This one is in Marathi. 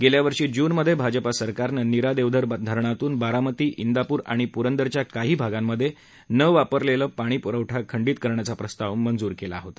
गेल्या वर्षी जूनमधे भाजप सरकारनं नीरा देवधर धरणातून बारामती विपूर आणि पूरंदरच्या काही भागांत न वापरलेले पाणीपूरवठा खंडित करण्याचा प्रस्ताव मंजूर केला होता